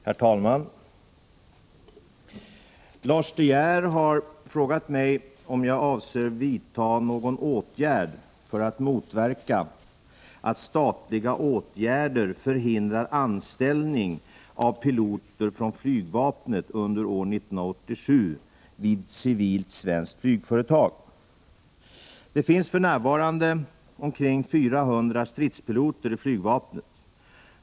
Herr talman! Lars De Geer har frågat mig om jag avser vidta någon åtgärd för att motverka att statliga åtgärder förhindrar anställning av piloter från flygvapnet under år 1987 vid civilt svenskt flygföretag. Det finns för närvarande omkring 400 stridspiloter i flygvapnet.